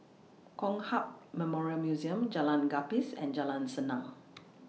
Kong Hiap Memorial Museum Jalan Gapis and Jalan Senang